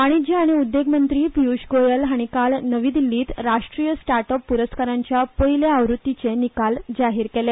वाणिज्य आनी उद्देग मंत्री पिय्ष गोयल हाणी आयज नवी दिल्लींत राष्ट्रीय स्टार्टअप प्रस्काराच्या पयल्या आवृत्तीचे निकाल जाहीर केले